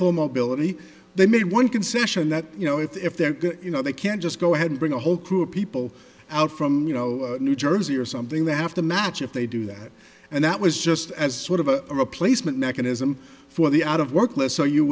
mobility they made one concession that you know if they're you know they can just go ahead and bring a whole crew of people out from you know new jersey or something they have to match if they do that and that was just as sort of a replacement mechanism for the out of work less so you